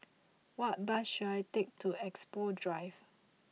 what bus should I take to Expo Drive